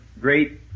great